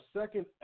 second